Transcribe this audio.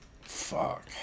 Fuck